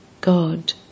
God